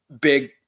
big